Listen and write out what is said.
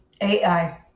AI